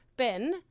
Ben